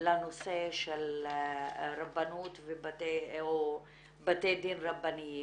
לנושא של הרבנות ובתי דין רבניים.